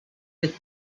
with